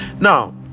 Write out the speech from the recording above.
now